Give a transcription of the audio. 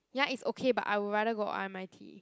ya it's okay but I would rather go r_m_i_t